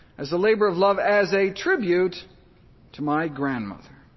as a labor of love, as a tribute to my grandmother.